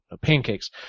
pancakes